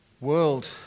world